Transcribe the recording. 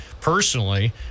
personally